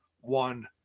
one